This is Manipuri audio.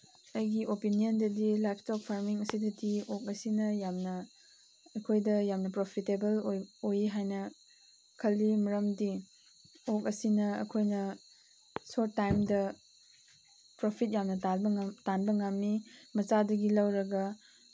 ꯑꯩꯒꯤ ꯑꯣꯄꯤꯅꯤꯌꯟꯗꯗꯤ ꯂꯥꯏꯞꯏꯁꯇꯣꯛ ꯐꯥꯔꯃꯤꯡ ꯑꯁꯤꯗꯗꯤ ꯑꯣꯛ ꯑꯁꯤꯅ ꯌꯥꯝꯅ ꯑꯩꯈꯣꯏꯗ ꯌꯥꯝꯅ ꯄ꯭ꯔꯣꯐꯤꯇꯦꯕꯜ ꯑꯣꯏ ꯍꯥꯏꯅ ꯈꯜꯂꯤ ꯃꯔꯝꯗꯤ ꯑꯣꯛ ꯑꯁꯤꯅ ꯑꯩꯈꯣꯏꯅ ꯁꯣꯔꯠ ꯇꯥꯏꯝꯗ ꯄ꯭ꯔꯣꯐꯤꯠ ꯌꯥꯝꯅ ꯇꯥꯟꯕ ꯇꯥꯟꯕ ꯉꯝꯃꯤ ꯃꯆꯥꯗꯒꯤ ꯂꯧꯔꯒ